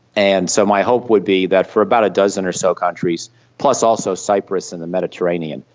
and so my hope would be that for about a dozen or so countries, plus also cyprus and the mediterranean,